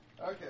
Okay